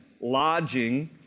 lodging